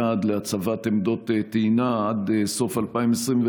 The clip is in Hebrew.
יעד להצבת עמדות טעינה עד סוף 2021,